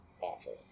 awful